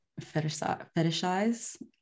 fetishize